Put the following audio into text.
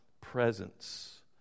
presence